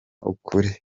ukuri